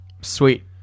Sweet